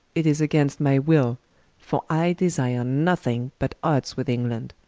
it is against my will for i desire nothing but oddes with england.